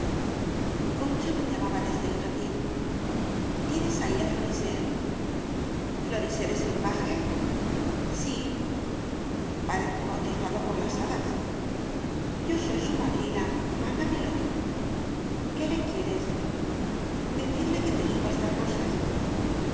concha me llamaba desde el jardín tienes ahí á florisel florisel es el paje sí parece bautizado por las hadas yo soy su madrina mándamelo qué le quieres decirle que te suba estas rosas